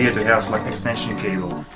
to have like extension cable